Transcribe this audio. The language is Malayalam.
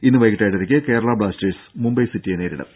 ഇന്ന് വൈകീട്ട് ഏഴരക്ക് കേരള ബ്ലാസ്റ്റേഴ്സ് മുംബൈ സിറ്റിയെ നേരിടും